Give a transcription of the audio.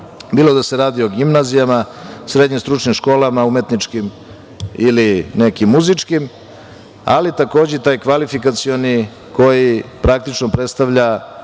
bilo da se radi o gimnazijama, srednjim stručnim školama, umetničkim ili nekim muzičkim. Takođe, taj kvalifikacioni koji praktično predstavlja